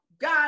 God